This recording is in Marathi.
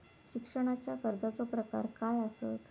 शिक्षणाच्या कर्जाचो प्रकार काय आसत?